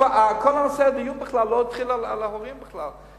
כל נושא הדיון לא התחיל על ההורים בכלל,